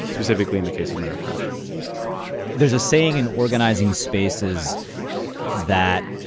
specifically in the case of men, are trash there's a saying in organizing spaces that.